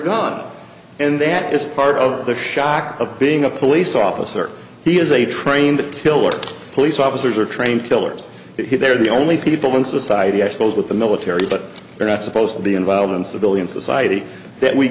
gun and that is part of the shock of being a police officer he is a trained killer police officers are trained killers they're the only people in society i suppose with the military but they're not supposed to be involved in civilian society that we